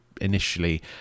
initially